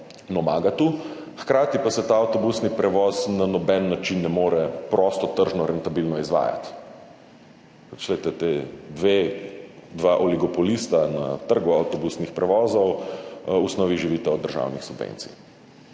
Hkrati pa se ta avtobusni prevoz na noben način ne more prostotržno, rentabilno izvajati. Poglejte, ta dva oligopolista na trgu avtobusnih prevozov v osnovi živita od državnih subvencij.